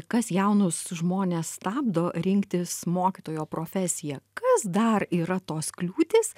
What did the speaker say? kas jaunus žmones stabdo rinktis mokytojo profesiją kas dar yra tos kliūtys